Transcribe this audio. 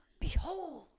Behold